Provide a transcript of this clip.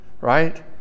right